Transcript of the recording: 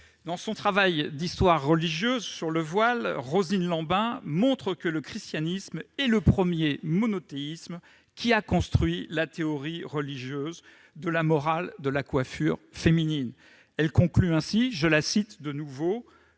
Dans son travail d'histoire religieuse dédié au voile, Rosine Lambin montre que le christianisme est le premier monothéisme qui a construit la théorie religieuse de la morale de la coiffure féminine. Elle conclut ainsi :« Le voile